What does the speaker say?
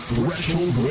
Threshold